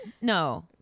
no